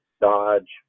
Dodge